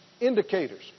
indicators